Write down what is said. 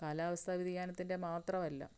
കാലാവസ്ഥാവ്യതിയാനത്തിൻ്റെ മാത്രമല്ല